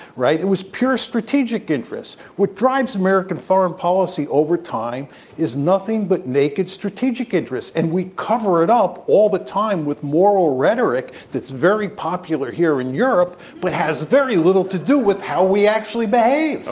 right? it was pure strategic interests. what guides american foreign policy over time is nothing but naked strategic interests. and we cover it up all the time with moral rhetoric that's very popular here in europe but has very little to do with how we actually behave. ah